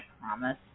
promise